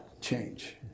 change